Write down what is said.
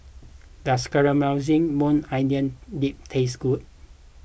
does Caramelized Maui Onion Dip taste good